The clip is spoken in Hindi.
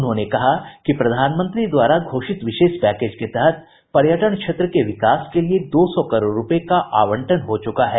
उन्होंने कहा कि प्रधानमंत्री द्वारा घोषित विशेष पैकेज के तहत पर्यटन क्षेत्र के विकास के लिए दो सौ करोड़ रूपये का आवंटन हो चुका है